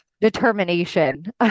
determination